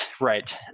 Right